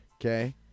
okay